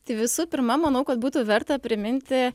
tai visų pirma manau kad būtų verta priminti